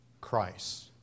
Christ